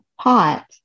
pot